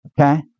Okay